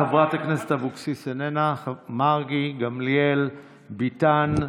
חברת הכנסת אבקסיס, איננה, מרגי, גמליאל, ביטן,